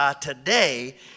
today